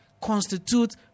constitute